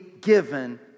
given